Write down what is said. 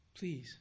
please